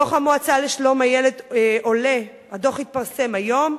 מדוח המועצה לשלום הילד עולה, הדוח התפרסם היום,